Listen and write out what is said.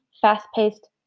fast-paced